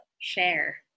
Share